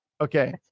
Okay